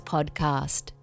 Podcast